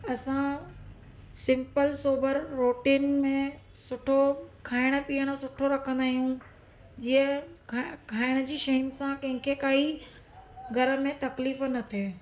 असां simple sober रोटियुनि में सुठो खाइणु पियणु सुठो रखंदा आहियूं जीअं खा खाइण जी शयुनि सां कंहिंखे काई घर में तकलीफ़ न थिए